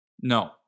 No